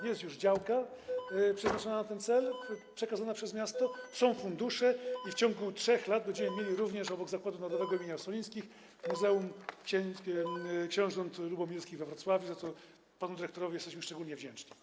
Jest już działka przeznaczona na ten cel, przekazana przez miasto, są fundusze i w ciągu 3 lat będziemy mieli również obok Zakładu Narodowego im. Ossolińskich Muzeum Książąt Lubomirskich we Wrocławiu, za co panu dyrektorowi jesteśmy szczególnie wdzięczni.